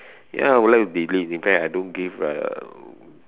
ya I would like to delete in fact I don't give a